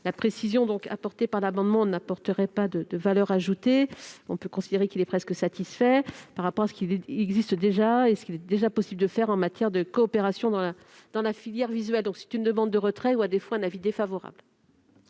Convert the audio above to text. La précision prévue dans cet amendement n'apporterait donc pas de valeur ajoutée. On peut considérer qu'il est presque satisfait, au regard de ce qui existe déjà et de ce qu'il est possible de faire en matière de coopération dans la filière visuelle. C'est une demande de retrait ou, à défaut, un avis défavorable.